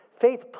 Faith